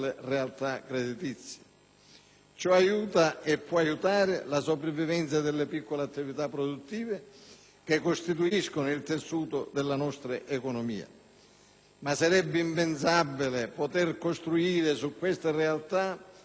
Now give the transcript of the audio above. Ciò aiuta e può aiutare la sopravvivenza delle piccole attività produttive che costituiscono il tessuto della nostra economia. Sarebbe, però, impensabile poter costruire su queste realtà ipotesi di crescita,